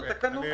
אייל, תקן אותי.